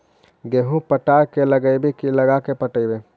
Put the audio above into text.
गेहूं पटा के लगइबै की लगा के पटइबै?